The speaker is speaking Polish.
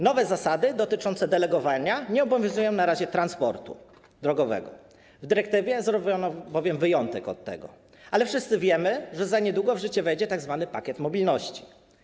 Nowe zasady dotyczące delegowania nie obowiązują na razie transportu drogowego, w dyrektywie zrobiono bowiem wyjątek od tego, ale wszyscy wiemy, że niedługo w życie wejdzie tzw. pakiet mobilności.